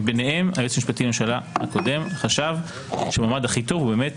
מביניהם היועץ המשפטי לממשלה הקודם חשב שהמועמד הכי טוב הוא באמת